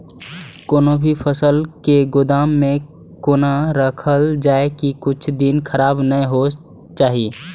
कोनो भी फसल के गोदाम में कोना राखल जाय की कुछ दिन खराब ने होय के चाही?